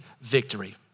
victory